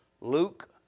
Luke